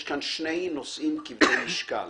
יש כאן שני נושאים כבדי משקל,